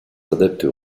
adeptes